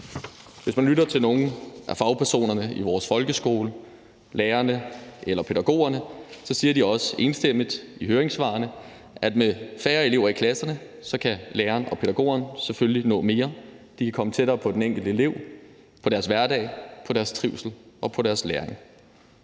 Hvis man lytter til nogle af fagpersonerne i vores folkeskole, lærerne eller pædagogerne, siger de også enstemmigt i høringssvarene, at med færre elever i klasserne kan lærerne og pædagogerne selvfølgelig nå mere; de kan komme tættere på den enkelte elev, på deres hverdag, på deres trivsel og på deres læring.